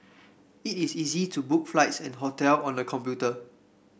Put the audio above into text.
it is easy to book flights and hotel on the computer